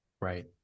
Right